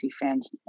fans